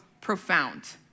profound